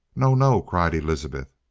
no, no! cried elizabeth.